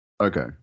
Okay